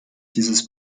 dieses